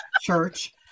church